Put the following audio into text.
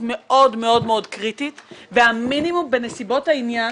מאוד-מאוד קריטית והמינימום בנסיבות העניין